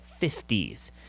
50s